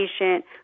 patient